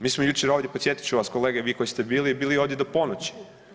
Mi smo jučer ovdje podsjetit ću vas kolege vi koji ste bili, bili ovdje do ponoći.